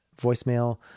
voicemail